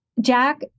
Jack